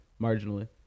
marginally